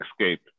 escape